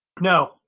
No